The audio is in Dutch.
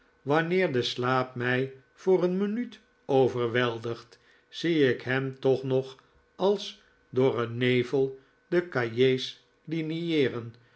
wanneer de slaap mij voor een minuut overweldigt zie ik hem toch nog als door een nevel de cahiers linieeren